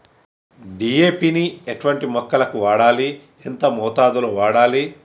DAP ని ఎటువంటి మొక్కలకు వాడాలి? ఎంత మోతాదులో వాడాలి?